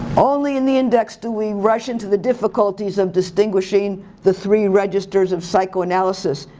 only in the index do we rush into the difficulties of distinguishing the three registers of psychoanalysis.